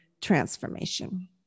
transformation